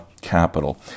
capital